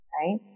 right